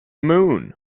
moon